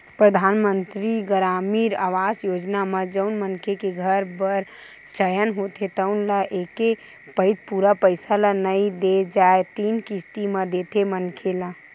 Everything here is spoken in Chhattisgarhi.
परधानमंतरी गरामीन आवास योजना म जउन मनखे के घर बर चयन होथे तउन ल एके पइत पूरा पइसा ल नइ दे जाए तीन किस्ती म देथे मनखे ल